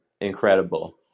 incredible